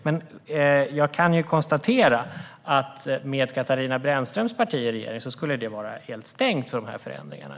Men jag kan konstatera att med Katarina Brännströms parti i regering skulle det vara helt stängt för de här förändringarna.